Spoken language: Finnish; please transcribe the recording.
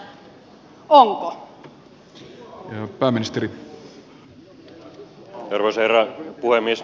arvoisa herra puhemies